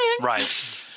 Right